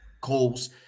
calls